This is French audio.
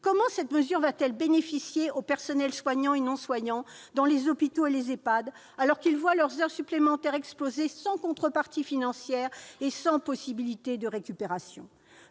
comment cette mesure va-t-elle bénéficier aux personnels soignants et non soignants des hôpitaux et des EHPAD, alors qu'ils voient leurs heures supplémentaires exploser sans contrepartie financière et sans possibilité de récupération ?